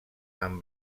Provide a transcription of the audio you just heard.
amb